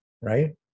right